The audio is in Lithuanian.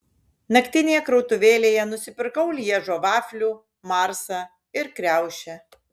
naktinėje krautuvėlėje nusipirkau lježo vaflių marsą ir kriaušę